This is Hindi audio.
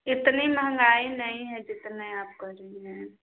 इतनी महँगाई नहीं है जितनी आप कह रही हैं